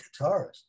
guitarist